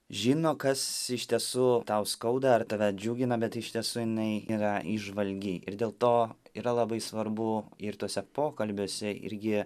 žino kas iš tiesų tau skauda ar tave džiugina bet iš tiesų jinai yra įžvalgi ir dėl to yra labai svarbu ir tuose pokalbiuose irgi